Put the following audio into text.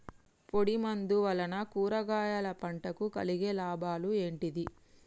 పొడిమందు వలన కూరగాయల పంటకు కలిగే లాభాలు ఏంటిది?